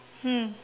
mm